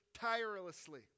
tirelessly